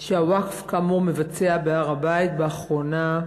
שהווקף כאמור מבצע בהר-הבית באחרונה,